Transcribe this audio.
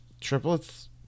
Triplets